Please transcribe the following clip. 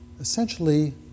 Essentially